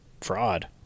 fraud